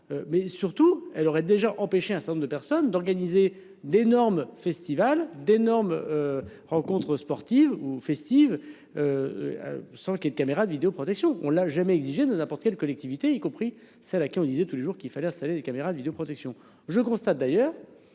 Mais surtout, elle aurait déjà empêché un certain nombre de personnes d'organiser d'énormes festival d'énormes. Rencontres sportives ou festives. Sans qu'il de caméras de vidéoprotection. On l'a jamais exigé de n'importe quelle collectivité y compris celle à qui on disait tous les jours qu'il fallait installer des caméras de vidéoprotection. Je constate d'ailleurs